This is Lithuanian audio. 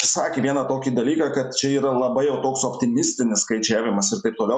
sakė vieną tokį dalyką kad čia yra labai jau toks optimistinis skaičiavimas ir taip toliau